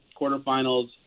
quarterfinals